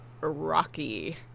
Rocky